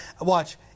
Watch